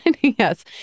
Yes